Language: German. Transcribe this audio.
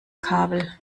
kabel